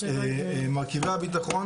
מרכיבי הביטחון